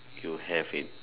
you have it